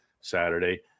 Saturday